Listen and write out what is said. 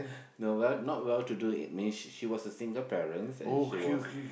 no well not well to do it means she she was a single parents and she was